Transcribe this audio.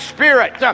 Spirit